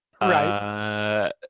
Right